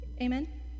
Amen